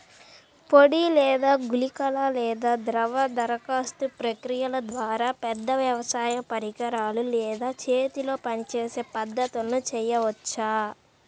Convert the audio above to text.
పొడి లేదా గుళికల లేదా ద్రవ దరఖాస్తు ప్రక్రియల ద్వారా, పెద్ద వ్యవసాయ పరికరాలు లేదా చేతితో పనిచేసే పద్ధతులను చేయవచ్చా?